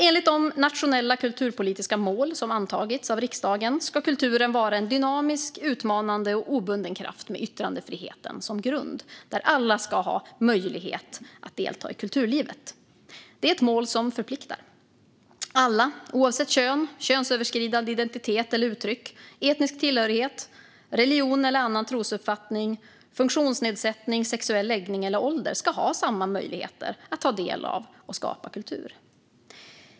Enligt de nationella kulturpolitiska mål som antagits av riksdagen ska kulturen vara en dynamisk, utmanande och obunden kraft med yttrandefriheten som grund, där alla ska ha möjlighet att delta i kulturlivet. Det är ett mål som förpliktar. Alla oavsett kön, könsöverskridande identitet eller uttryck, etnisk tillhörighet, religion eller annan trosuppfattning, funktionsnedsättning, sexuell läggning eller ålder ska ha samma möjligheter att ta del av och skapa kultur.